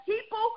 people